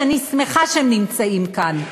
שאני שמחה שהם נמצאים כאן,